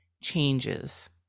changes